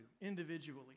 individually